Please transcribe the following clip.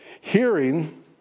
Hearing